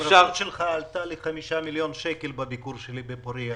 המעורבות שלך עלתה לי 5 מיליון שקלים בביקור שלי בפורייה.